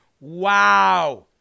Wow